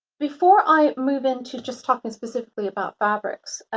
before i move into just talking specifically about fabrics,